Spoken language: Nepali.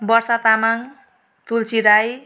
वर्षा तामाङ तुलसी राई